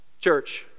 Church